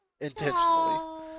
intentionally